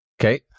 Okay